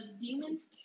demons